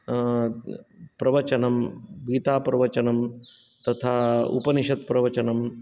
प्रवचनं गीताप्रवचनं तथा उपनिषद् प्रवचनं